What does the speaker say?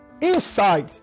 inside